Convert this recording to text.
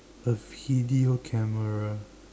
a video camera